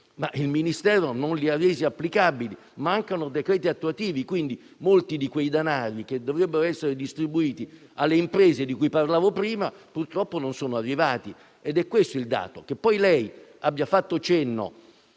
il Ministero non ha reso applicabili i decreti attuativi. Mancano decreti attuativi e quindi molti di quei danari che dovrebbero essere distribuiti alle imprese di cui parlavo prima, purtroppo non sono arrivati. È questo il dato. Il fatto che poi lei abbia fatto cenno